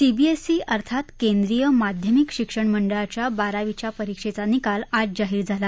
CBSE अर्थात केंद्रीय माध्यमिक शिक्षण मंडळाच्या बारावीच्या परीक्षेचा निकाल आज जाहीर झाला